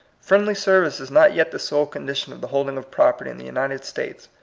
friendly service is not yet the sole condition of the holding of property in the united states,